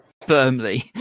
firmly